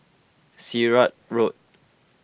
Sirat Road